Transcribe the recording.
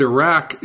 Iraq